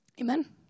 Amen